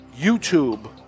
YouTube